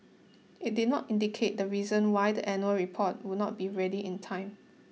it did not indicate the reason why the annual report will not be ready in time